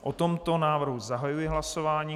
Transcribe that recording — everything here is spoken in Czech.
O tomto návrhu zahajuji hlasování.